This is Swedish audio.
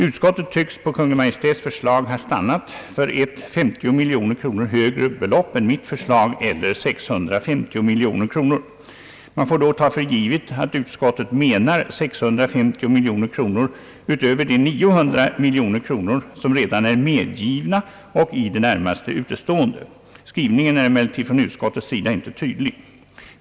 Utskottet tycks på Kungl. Maj:ts förslag ha stannat för ett 50 miljoner kronor högre belopp än mitt förslag eller 650 miljoner kronor. Man får då ta för givet att utskottet menar 650 miljoner kronor utöver de 900 miljoner kronor som redan är medgivna och i det närmaste utestående. Utskottets skrivning är emellertid inte tydlig.